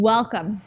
Welcome